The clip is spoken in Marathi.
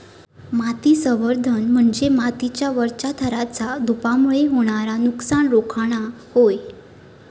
माती संवर्धन म्हणजे मातीच्या वरच्या थराचा धूपामुळे होणारा नुकसान रोखणा होय